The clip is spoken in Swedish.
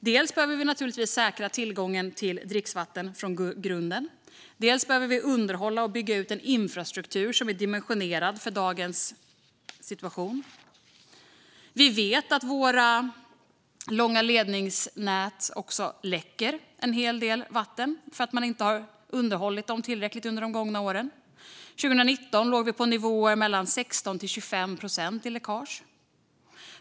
Dels behöver vi naturligtvis säkra tillgången till dricksvatten från grunden. Dels behöver vi underhålla och bygga ut infrastrukturen så att den är dimensionerad för dagens situation. Vi vet också att våra långa ledningsnät läcker en hel del vatten därför att man inte har underhållit dem tillräckligt under de gångna åren. Läckaget låg 2019 på nivåer mellan 16 och 25 procent.